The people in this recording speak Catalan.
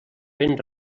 ben